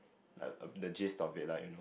err the gist of it like you know